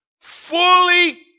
fully